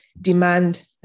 demand